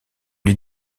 lui